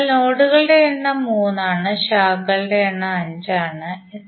അതിനാൽ നോഡുകളുടെ എണ്ണം മൂന്ന് ആണ് ശാഖകളുടെ എണ്ണം അഞ്ച് ആണ്